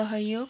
सहयोग